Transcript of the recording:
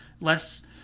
less